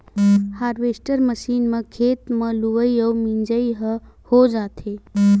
harvester machine म खेते म लुवई अउ मिजई ह हो जाथे